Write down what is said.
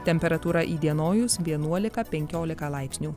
temperatūra įdienojus vienuolika penkiolika laipsnių